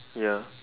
ya